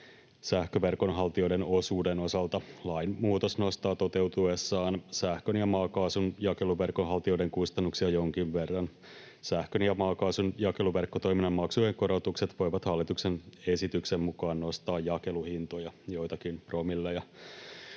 sähköverkon haltijoiden osuuden osalta. Lainmuutos nostaa toteutuessaan sähkön ja maakaasun jakeluverkon haltijoiden kustannuksia jonkin verran. Sähkön ja maakaasun jakeluverkkotoiminnan maksujen korotukset voivat hallituksen esityksen mukaan nostaa jakeluhintoja joitakin promilleja.